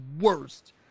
worst